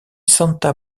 santa